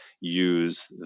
use